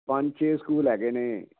ਪੰਜ ਛੇ ਸਕੂਲ ਹੈਗੇ ਨੇ